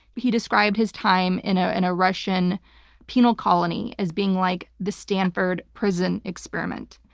he described his time in ah in a russian penal colony as being like the stanford prison experiment.